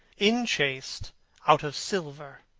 inchased out of silver,